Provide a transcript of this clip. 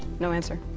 no answer.